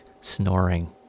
snoring